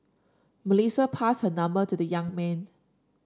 Melissa passed her number to the young man